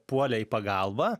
puolė į pagalbą